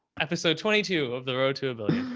episode twenty two of the road to a billion.